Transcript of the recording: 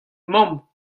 mamm